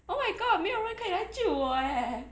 oh my god 没有人可以来救我 eh